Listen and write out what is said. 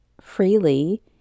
freely